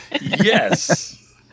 Yes